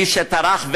מי שטרח,